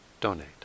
donate